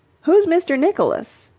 who's mr. nicholas?